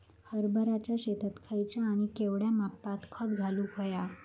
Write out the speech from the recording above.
हरभराच्या शेतात खयचा आणि केवढया मापात खत घालुक व्हया?